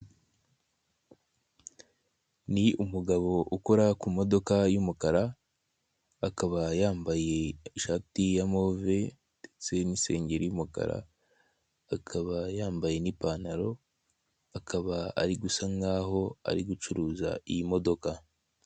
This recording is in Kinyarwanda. Ni umugabo ukora ku modoka y'umukara akaba yambaye ishati ya move ndetse n'sengeri y'umukara, akaba yambaye n'ipantaro akaba ari gusa nkaho ari gucuruza iyi modoka.